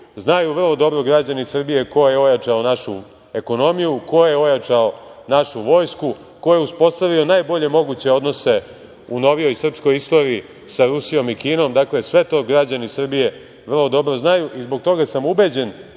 Znaju vrlo dobro građani Srbije ko je ojačao našu ekonomiju, ko je ojačao našu Vojsku, ko je uspostavio najbolje moguće odnose u novijoj srpskoj istoriji sa Rusijom i Kinom. Dakle, sve to građani Srbije vrlo dobro znaju i zbog toga sam ubeđen